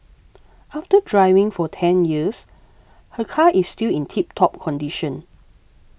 after driving for ten years her car is still in tiptop condition